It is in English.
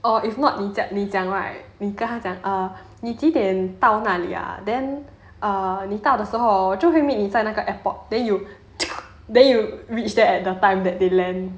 or if not 你讲你讲 right 几点到哪里 ah then err 你到的时候 hor 就会 meet 你在那个 airport then you then you reach there at the time that they land